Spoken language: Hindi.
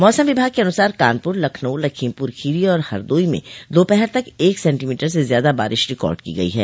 मौसम विभाग के अनुसार कानपुर लखनऊ लखीमपुर खोरी और हरदोई में दोपहर तक एक सेंटीमीटर से ज्यादा बारिश रिकार्ड की गई है